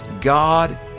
God